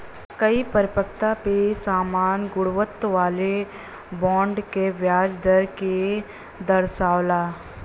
कई परिपक्वता पे समान गुणवत्ता वाले बॉन्ड क ब्याज दर के दर्शावला